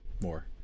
more